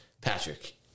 Patrick